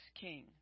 king